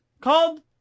called